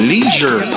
Leisure